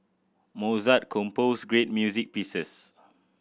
mozart composed great music pieces